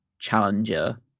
challenger